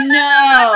no